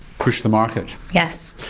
push the market. yes.